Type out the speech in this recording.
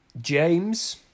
James